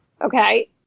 Okay